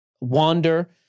Wander